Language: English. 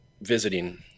visiting